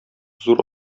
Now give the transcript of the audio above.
зур